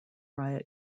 riot